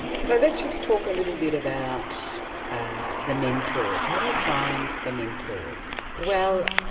so let's just talk a little bit about ah the mentors. how do you find the mentors? well,